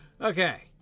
Okay